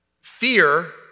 Fear